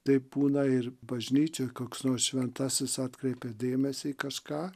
taip būna ir bažnyčioj koks nors šventasis atkreipia dėmesį į kažką